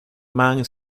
mann